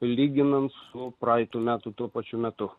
lyginant su praeitų metų tuo pačiu metu